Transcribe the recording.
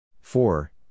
four